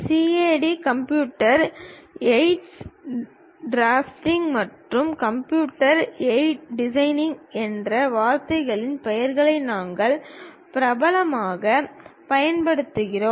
CAD computer aided drafting மற்றும் computer aid designing என்ற வார்த்தையின் பெயரை நாங்கள் பிரபலமாகப் பயன்படுத்துகிறோம்